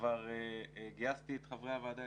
כבר גייסתי את חברי הוועדה,